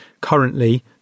Currently